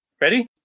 Ready